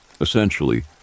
Essentially